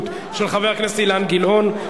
מענק שנתי לאסיר ציון שנאסר ושהוגלה)